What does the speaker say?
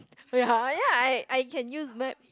ya I I can use map